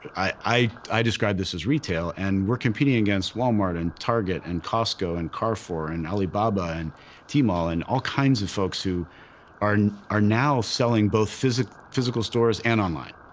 i, i i describe this as retail, and we're competing against walmart and target and costco and carrefour and alibaba and tmall and all kinds of folks who are, are now selling both physical physical stores and online.